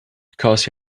because